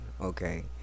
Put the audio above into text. okay